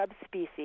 subspecies